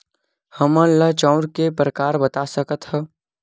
हमन ला चांउर के प्रकार बता सकत हव?